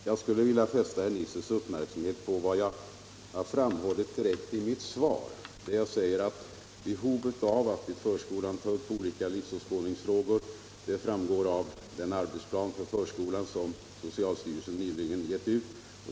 Herr talman! Jag skulle vilja fästa herr Nissers uppmärksamhet på vad jag framhållit i mitt svar: ”Behovet av att i förskolan ta upp olika livsåskådningsfrågor framgår också av den arbetsplan för förskolan som socialstyrelsen nyligen gett ut.